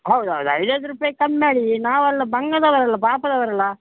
ಹೌದು ಹೌದು ಐದು ಐದು ರೂಪಾಯಿ ಕಮ್ಮಿ ಮಾಡಿದೀವಿ ನಾವಲ್ಲ ಬಂಗದವ್ರು ಅಲ್ಲ ಪಾಪದವ್ರು ಅಲ್ಲ